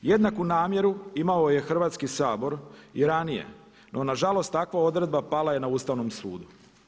Jednaku namjeru imao je Hrvatski sabor i ranije, no na žalost takva odredba pala je na Ustavnom sudu.